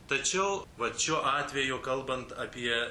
tačiau vat šiuo atveju kalbant apie